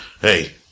Hey